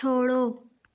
छोड़ो